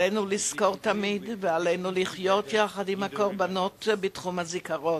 עלינו לזכור תמיד ועלינו לחיות יחד עם הקורבנות בתחום הזיכרון.